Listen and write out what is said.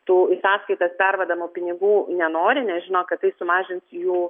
tų į sąskaitas pervadamų pinigų nenori nes žino kad tai sumažins jų